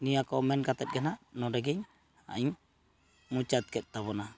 ᱱᱤᱭᱟᱹ ᱠᱚ ᱢᱮᱱ ᱠᱟᱛᱮᱫ ᱜᱮ ᱱᱟᱦᱟᱸᱜ ᱱᱚᱰᱮᱜᱮᱧ ᱤᱧ ᱢᱩᱪᱟᱹᱫ ᱠᱮᱫ ᱛᱟᱵᱚᱱᱟ